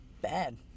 Bad